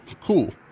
Cool